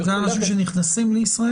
אנשים שנכנסים לישראל?